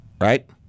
right